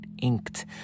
inked